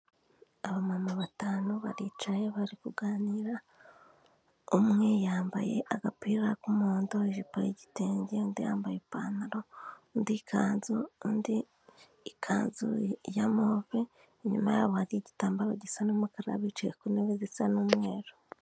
Abamama batanu baricaye bari kuganira umwe yambaye agapira k'umuhondo, ijipo y'igitegenda, yambaye ipantaro, undi ikanzu, undi ikanzu ya move. Inyuma yabo hari igitambaro gisa umukara bicaye ku ntebe zisa n'umweru.